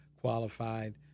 qualified